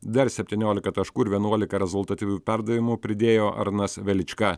dar septyniolika taškų ir vienuolika rezultatyvių perdavimų pridėjo arnas velička